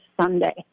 Sunday